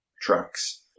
trucks